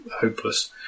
hopeless